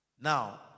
now